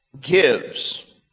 gives